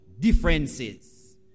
differences